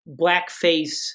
blackface